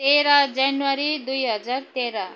तेह्र जनवरी दुई हजार तेह्र